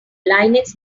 linux